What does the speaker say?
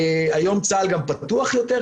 היום צה"ל גם פתוח יותר,